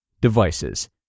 Devices